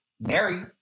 Mary